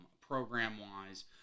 Program-wise